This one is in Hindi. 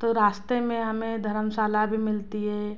तो रास्ते में हमें धर्मशाला भी मिलती है